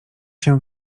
się